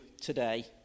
today